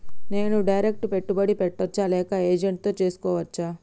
నేను డైరెక్ట్ పెట్టుబడి పెట్టచ్చా లేక ఏజెంట్ తో చేస్కోవచ్చా?